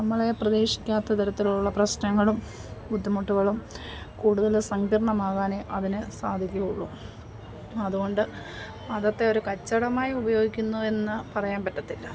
നമ്മൾ പ്രതീക്ഷിക്കാത്ത തരത്തിലുള്ള പ്രശ്നങ്ങളും ബുദ്ധിമുട്ടുകളും കൂടുതൽ സങ്കീർണം ആവാനെ അതിന് സാധിക്കുകയുള്ളു അത്കൊണ്ട് മതത്തെ ഒരു കച്ചവടമായി ഉപയോഗിക്കുന്നു എന്ന് പറയാൻ പറ്റത്തില്ല